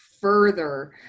further